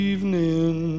Evening